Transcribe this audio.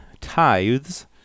tithes